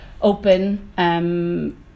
open